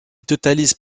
totalise